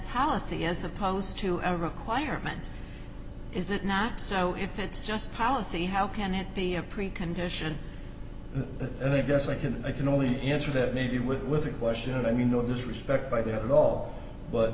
policy as opposed to a requirement is it not so if it's just policy how can it be a precondition and i guess i can i can only imagine that maybe with the question of i mean no disrespect by that at all but